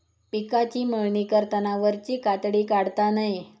पिकाची मळणी करताना वरची कातडी काढता नये